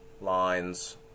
lines